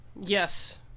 Yes